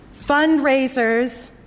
Fundraisers